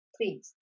please